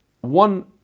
one